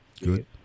Good